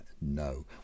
no